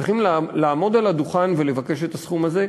צריכים לעמוד על הדוכן ולבקש את הסכום הזה.